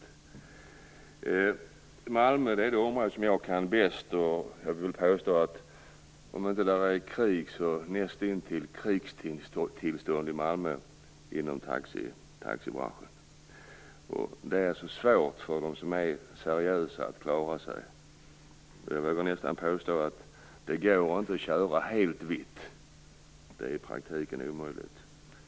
I Malmö, som är det område som jag känner till bäst, vill jag påstå att det råder om inte krigstillstånd inom taxibranschen så näst intill. Det är svårt för de seriösa att klara sig. Jag vågar nästan påstå att det inte går att köra helt "vitt". Det är i praktiken omöjligt.